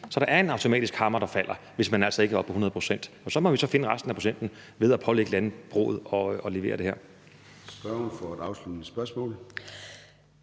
Så der er automatisk en hammer, der falder, hvis man altså ikke er oppe på 100 pct., og så må vi så finde resten af procenterne ved at pålægge landbruget at levere det her.